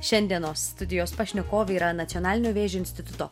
šiandienos studijos pašnekovė yra nacionalinio vėžio instituto